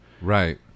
Right